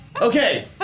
Okay